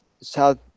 South